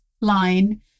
line